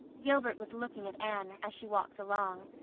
gilbert was looking at anne, as she walked along.